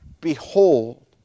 Behold